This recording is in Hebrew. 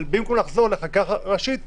אבל במקום לחזור לחקיקה ראשית-